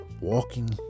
walking